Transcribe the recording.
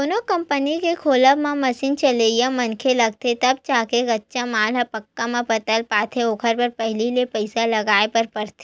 कोनो कंपनी के खोलब म मसीन चलइया मनखे लगथे तब जाके कच्चा माल ह पक्का म बदल पाथे ओखर बर पहिली ले पइसा लगाय बर परथे